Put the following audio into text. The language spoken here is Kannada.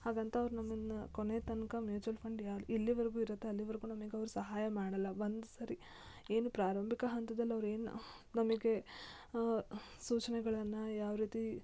ಹಾಗಂತ ಅವ್ರು ನಮ್ಮನ್ನು ಕೊನೆತನಕ ಮ್ಯೂಚ್ವಲ್ ಫಂಡ್ ಯಾರು ಎಲ್ಲಿವರೆಗು ಇರುತ್ತೆ ಅಲ್ಲಿವರೆಗು ನಮಿಗೆ ಅವ್ರು ಸಹಾಯ ಮಾಡಲ್ಲ ಒಂದು ಸರಿ ಏನು ಪ್ರಾರಂಭಿಕ ಹಂತದಲ್ಲಿ ಅವ್ರು ಏನು ನಮಗೆ ಸೂಚನೆಗಳನ್ನು ಯಾವ ರೀತಿ